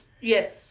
Yes